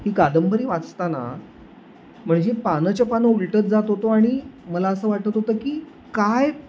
ही कादंबरी वाचताना म्हणजे पानंच्यापानं उलटत जात होतो आणि मला असं वाटत होतं की काय